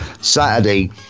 Saturday